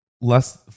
Less